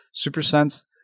SuperSense